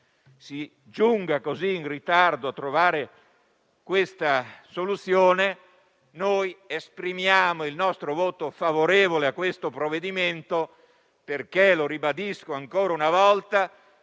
si giunga così in ritardo a trovare una soluzione, esprimiamo il nostro voto favorevole sul provvedimento in esame, perché ribadisco ancora una volta